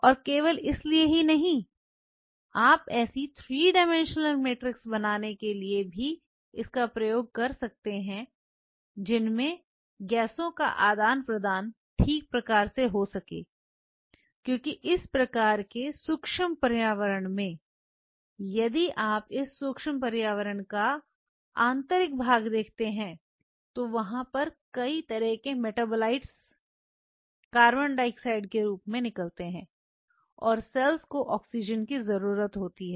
और केवल इस लिए ही नहीं आप ऐसी 3 डाइमेंशनल मैट्रिक्स बनाने के लिए भी इसका प्रयोग कर सकते हैं जिनमें गैसों का आदान प्रदान ठीक प्रकार से हो सके क्योंकि इस प्रकार के सूक्ष्म पर्यावरण में यदि आप इस सूक्ष्म पर्यावरण का आंतरिक भाग देखते हैं तो वहां पर कई तरह के मेटाबॉलिट्स CO2 के रूप में निकलते हैं और सेल्स को ऑक्सीजन की जरूरत होती है